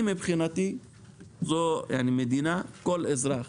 מבחינתי זאת מדינת כל אזרחיה.